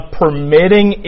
permitting